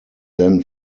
then